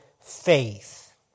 faith